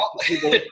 People